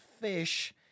fish